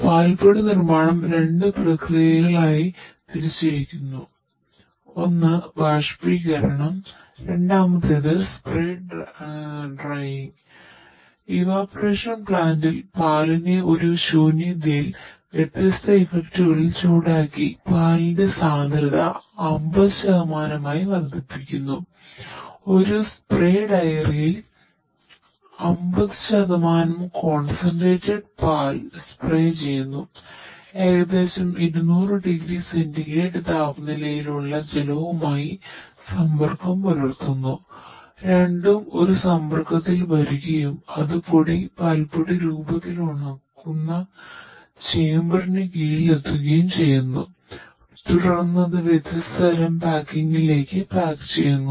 പാൽപ്പൊടി നിർമ്മാണം രണ്ട് പ്രക്രിയകളായി തിരിച്ചിരിക്കുന്നുഒന്ന് ബാഷ്പീകരണം പാക്ക് ചെയ്യുന്നു